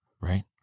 Right